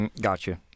gotcha